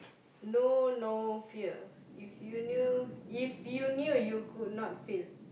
know no fear if you knew if you knew you could not fail